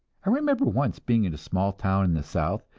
i remember once being in a small town in the south,